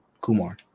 Kumar